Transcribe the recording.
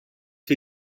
wir